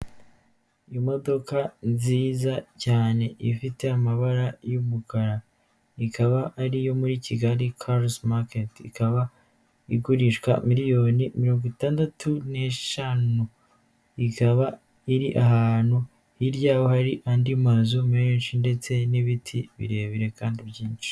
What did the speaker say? Imodoka nziza cyane ifite amabara y'umukara ikaba ari iyo muri Kigali karizi maketi ikaba igurishwa miliyoni miringo itandatu n'eshanu ikaba iri ahantu hirya yaho hari andi mazu menshi ndetse n'ibiti birebire kandi byinshi.